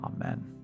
Amen